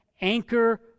anchor